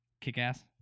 Kick-Ass